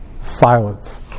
Silence